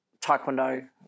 Taekwondo